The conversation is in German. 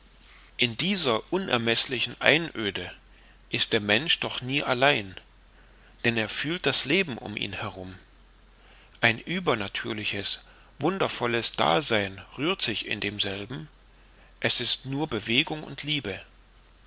in dieser unermeßlichen einöde ist der mensch doch nie allein denn er fühlt das leben um ihn herum ein übernatürliches wundervolles dasein rührt sich in demselben es ist nur bewegung und liebe